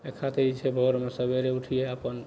अइ खातिर तऽ भोरमे सवेरे उठिहए अपन